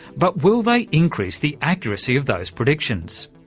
but will they increase the accuracy of those predictions?